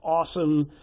awesome